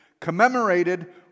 commemorated